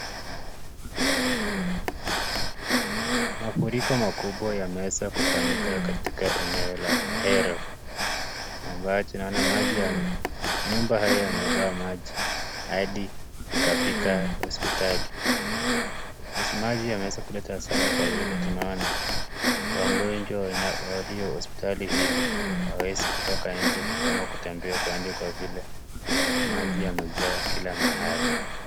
Mafuriko makubwa wameefa kufanyika eneoa la Ahero, ambayo tunaona nyumba hayo yamelowa maji hadi ikafika hospitali, maji yanaweza kuleta harara kwa vile tunaona wagonjwa walio hospitali hili hawaezi kutoka nje ama kutembea kwa vile maji yamejaa kila mahli.